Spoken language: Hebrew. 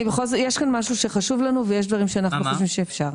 יש כאן משהו שחשוב לנו ויש דברים שאנחנו חושבים שאפשר.